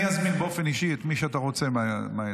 ואני אזמין באופן אישי את מי שאתה רוצה מהעדה,